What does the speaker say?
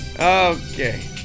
Okay